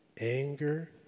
anger